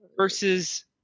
versus